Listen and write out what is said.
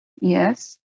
yes